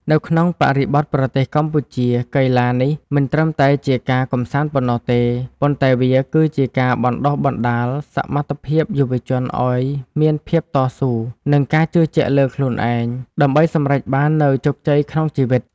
នៅក្នុងបរិបទប្រទេសកម្ពុជា កីឡានេះមិនត្រឹមតែជាការកម្សាន្តប៉ុណ្ណោះទេ ប៉ុន្តែវាគឺជាការបណ្ដុះបណ្ដាលសមត្ថភាពយុវជនឱ្យមានភាពតស៊ូ និងការជឿជាក់លើខ្លួនឯង ដើម្បីសម្រេចបាននូវជោគជ័យក្នុងជីវិត។